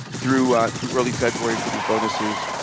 through ah through early february for these bonuses,